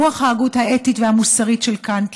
ברוח ההגות האתית של עמנואל קנט,